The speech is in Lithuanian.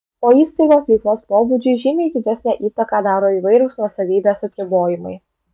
o įstaigos veiklos pobūdžiui žymiai didesnę įtaką daro įvairūs nuosavybės apribojimai